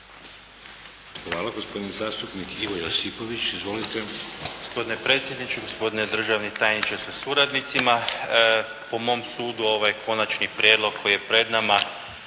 Hvala. Gospodin zastupnik Ivo Josipović. Izvolite. **Josipović, Ivo (Nezavisni)** Gospodine predsjedniče, gospodine državni tajniče sa suradnicima. Po mom sudu ovaj konačni prijedlog koji je pred nama